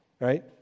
Right